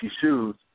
shoes